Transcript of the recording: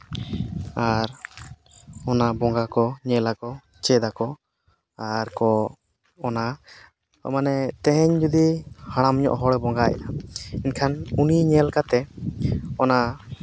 ᱟᱨ ᱚᱱᱟ ᱵᱚᱸᱜᱟ ᱠᱚ ᱧᱮᱞᱟᱠᱚ ᱪᱮᱫᱟᱠᱚ ᱟᱨ ᱠᱚ ᱚᱱᱟ ᱢᱟᱱᱮ ᱛᱮᱦᱮᱧ ᱡᱩᱫᱤ ᱦᱟᱲᱟᱢ ᱧᱚᱜ ᱦᱚᱲᱮ ᱵᱚᱸᱜᱟᱭᱮᱫ ᱠᱷᱟᱱ ᱮᱱᱠᱷᱟᱱ ᱩᱱᱤ ᱧᱮᱞ ᱠᱟᱛᱮᱫ ᱚᱱᱟ